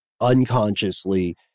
unconsciously